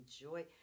enjoy